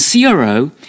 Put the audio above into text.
CRO